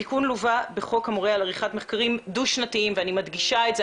התיקון לווה בחוק המורה על עריכת מחקרים דו-שנתיים אני מדגישה את זה,